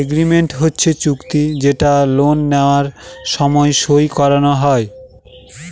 agreement হচ্ছে চুক্তি যেটা লোন নেওয়ার সময় সই করানো হয়